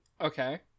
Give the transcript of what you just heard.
Okay